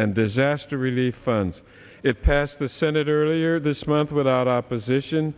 and disaster relief funds it passed the senate earlier this month without opposition